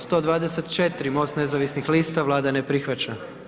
124, MOST nezavisnih lista, Vlada ne prihvaća.